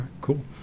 cool